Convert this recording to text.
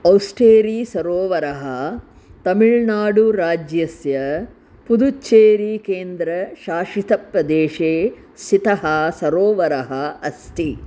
औस्टेरीसरोवरः तमिळ्नाडुराज्यस्य पुदुच्चेरीकेन्द्रशासितप्रदेशे स्थितः सरोवरः अस्ति